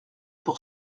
pour